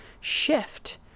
shift